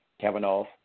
Kavanaugh